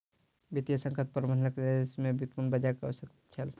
वित्तीय संकट प्रबंधनक लेल देश में व्युत्पन्न बजारक आवश्यकता छल